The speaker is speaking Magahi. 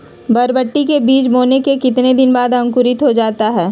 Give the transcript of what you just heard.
बरबटी के बीज बोने के कितने दिन बाद अंकुरित हो जाता है?